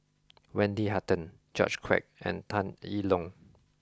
Wendy Hutton George Quek and Tan Yi Tong